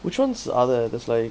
which ones are there there's like